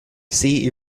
see